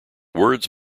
words